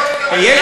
קשה,